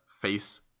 face